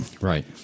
Right